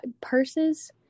purses